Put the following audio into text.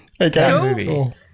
Okay